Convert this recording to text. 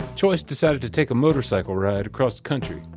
choice decided to take a motorcycle ride across country.